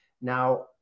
Now